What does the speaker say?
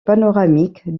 panoramique